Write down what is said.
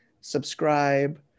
subscribe